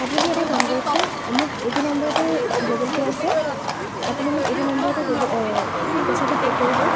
আপুনি এটা কাম কৰকচোন মোক এইটো নাম্বাৰতে গগুল পে' আছে আপুনি মোক এইটো নাম্বাৰতে গগুল পইচাটো পে' কৰি দিয়ক